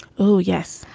oh, yes.